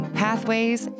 pathways